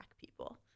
people